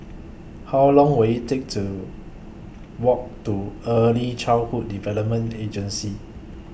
How Long Will IT Take to Walk to Early Childhood Development Agency